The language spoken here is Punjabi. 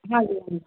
ਹਾਂਜੀ ਹਾਂਜੀ